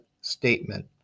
statement